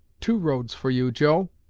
two roads for you, joe.